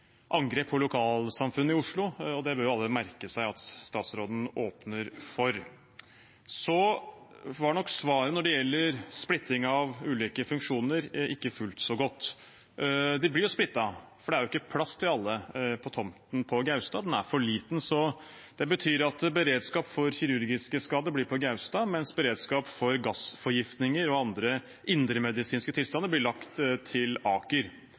angrep på lokalsamfunnet i Oslo, og det bør alle merke seg at statsråden åpner for. Så var nok svaret når det gjelder splitting av ulike funksjoner, ikke fullt så godt. Funksjonene blir jo splittet, for det er ikke plass til alle på tomten på Gaustad – den er for liten. Det betyr at beredskap for kirurgiske skader blir på Gaustad, mens beredskap for gassforgiftninger og andre indremedisinske tilstander blir lagt til Aker.